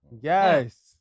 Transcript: Yes